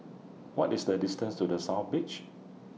What IS The distance to The South Beach